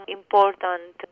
important